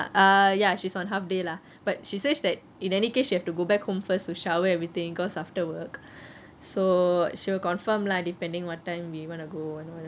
ya uh ya she's on half day lah but she says that in any case she have to go back home first to shower everything because after work so she will confirm lah depending what time we wanna go you know